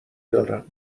دارم